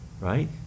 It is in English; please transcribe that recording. Right